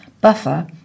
buffer